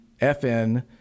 FN